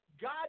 God